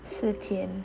四天